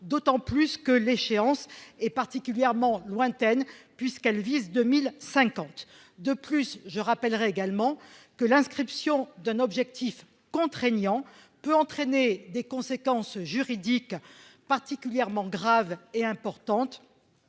D'autant plus que l'échéance et particulièrement lointaine puisqu'elle vise 2050 de plus. Je rappellerai également que l'inscription d'un objectif contraignant peut entraîner des conséquences juridiques particulièrement grave et importante.